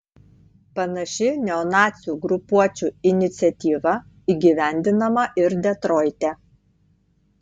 panaši neonacių grupuočių iniciatyva įgyvendinama ir detroite